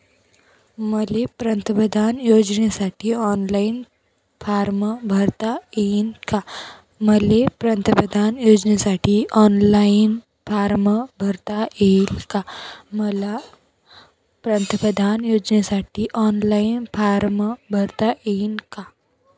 मले पंतप्रधान योजनेसाठी ऑनलाईन फारम भरता येईन का?